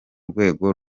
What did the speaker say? rwego